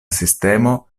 sistemo